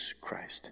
Christ